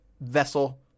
vessel